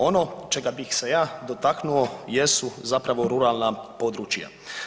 Ono čega bih se ja dotaknuo jesu zapravo ruralna područja.